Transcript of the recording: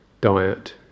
diet